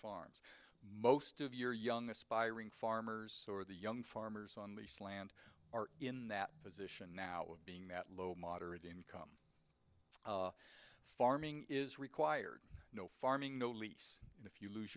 farms most of your young aspiring farmers or the young farmers on the slant are in that position now of being that low moderate income it's farming is required no farming no lease and if you lose